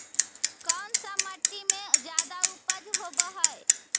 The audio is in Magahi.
कोन सा मिट्टी मे ज्यादा उपज होबहय?